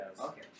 Okay